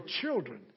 children